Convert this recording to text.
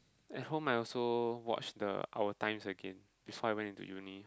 at home I also watch the our times again before I went into uni